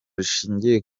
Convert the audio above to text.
rishingiye